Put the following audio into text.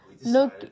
look